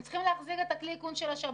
הם צריכים להחזיר את כלי האיכון של השב"כ.